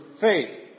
faith